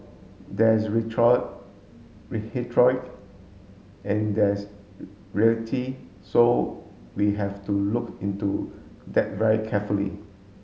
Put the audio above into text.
there's rhetoric and there's reality so we have to look into that very carefully